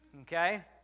okay